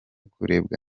kurebwa